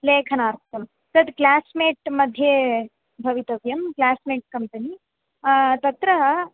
लेखनार्थं तत् क्लास्मेट् मध्ये भवितव्यं क्लास्मेट् कम्पनी तत्र